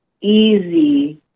easy